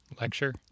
lecture